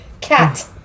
Cat